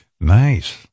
Nice